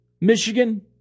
Michigan